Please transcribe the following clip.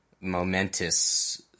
momentous